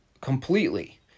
completely